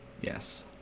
Yes